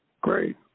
Great